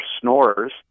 snorers